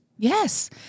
Yes